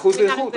כמו בדיקת תוכנות.